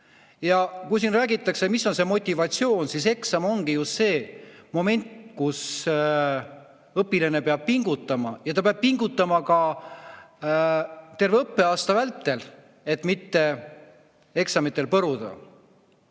Kui siin räägitakse, mis on see motivatsioon, siis eksam ongi ju see, mistõttu õpilane peab pingutama. Ta peab pingutama terve õppeaasta vältel, et mitte eksamitel põruda.